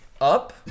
Up